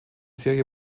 serie